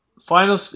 Final